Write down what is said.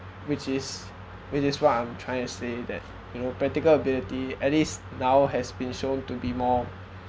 which is which is what I'm trying to say that you know practical ability at least now has been shown to be more